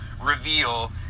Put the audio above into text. reveal